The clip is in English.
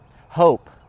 Hope